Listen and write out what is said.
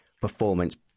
performance